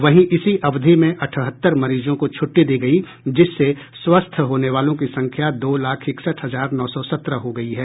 वहीं इसी अवधि में अठहत्तर मरीजों को छट्टी दी गयी जिससे स्वस्थ होने वालों की संख्या दो लाख इकसठ हजार नौ सौ सत्रह हो गयी है